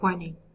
Warning